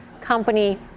company